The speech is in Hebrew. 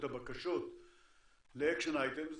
את הבקשות ל-action items,